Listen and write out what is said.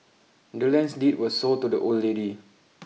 the land's deed was sold to the old lady